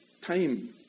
time